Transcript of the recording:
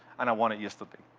and i want it yesterday.